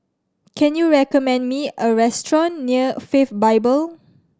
can you recommend me a restaurant near Faith Bible